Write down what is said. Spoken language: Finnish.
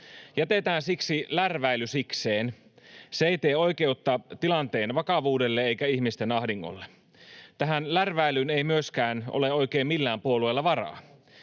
Jätetään siksi lärväily sikseen. Se ei tee oikeutta tilanteen vakavuudelle eikä ihmisten ahdingolle. Tähän lärväilyyn ei myöskään ole oikein millään puolueella varaa.